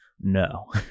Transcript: no